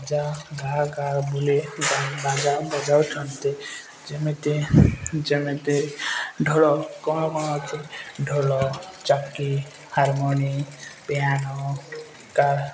ବାଜା ଗା ଗା ବୁଲି ବାଜା ବଜାଉଛନ୍ତି ଯେମିତି ଯେମିତି ଢୋଲ କ'ଣ କ'ଣ ଅଛି ଢୋଲ ଚାକି ହାରମୋନିମ୍ ପିଆାନୋ କା